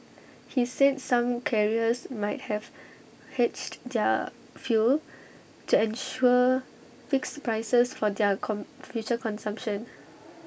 he said some carriers might have hedged their fuel to ensure fixed prices for their come future consumption